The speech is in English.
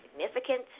significant